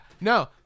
no